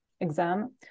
exam